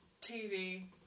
TV